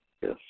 Yes